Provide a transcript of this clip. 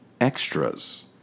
extras